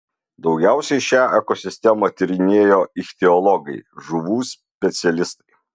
daugiausiai šią ekosistemą tyrinėjo ichtiologai žuvų specialistai